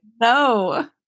No